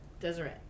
Deseret